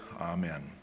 Amen